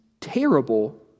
terrible